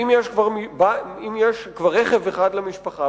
אם כבר יש רכב אחד למשפחה,